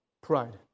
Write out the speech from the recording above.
pride